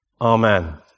Amen